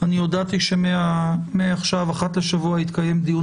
אני הודעתי שמעכשיו אחת לשבוע יתקיים דיון